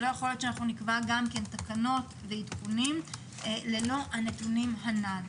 לא יכול להיות שנקבע תקנות ועדכונים ללא העדכונים הנ"ל.